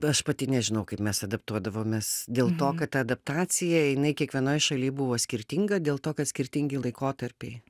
aš pati nežinau kaip mes adaptuodavomės dėl to kad ta adaptacija jinai kiekvienoj šaly buvo skirtinga dėl to kad skirtingi laikotarpiai